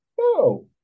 No